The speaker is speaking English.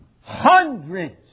Hundreds